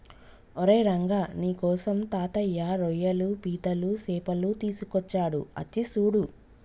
ఓరై రంగ నీకోసం తాతయ్య రోయ్యలు పీతలు సేపలు తీసుకొచ్చాడు అచ్చి సూడు